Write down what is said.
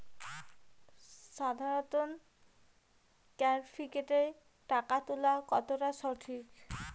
সাধারণ ক্যাফেতে টাকা তুলা কতটা সঠিক?